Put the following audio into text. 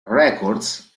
records